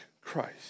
Christ